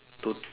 to